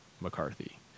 McCarthy